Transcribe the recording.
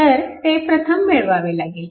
तर ते प्रथम मिळवावे लागेल